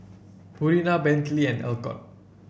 Purina Bentley and Alcott